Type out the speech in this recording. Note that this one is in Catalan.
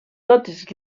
totes